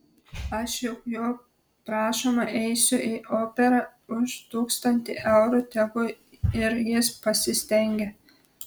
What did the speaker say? aš juk jo prašoma eisiu į operą už tūkstantį eurų tegu ir jis pasistengia